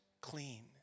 clean